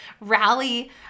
rally